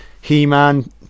He-Man